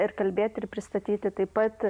ir kalbėt ir pristatyti taip pat